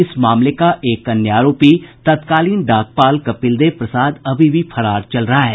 इस मामले का एक अन्य आरोपी तत्कालीन डाकपाल कपिलदेव प्रसाद अभी भी फरार चल रहा है